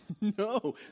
No